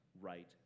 right